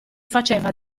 faceva